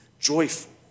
joyful